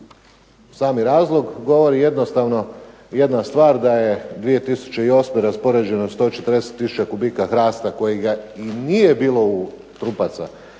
sami razlog govori jednostavno jedna stvar da je 2008. raspoređeno 140 tisuća kubika hrasta, trupaca, kojega nije bilo u